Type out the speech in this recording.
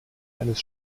eines